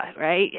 right